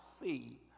see